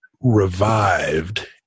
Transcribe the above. revived